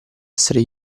essere